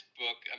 book